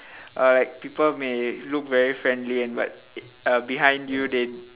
uh like people may look very friendly and but behind you they